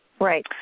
Right